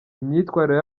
imyitwarire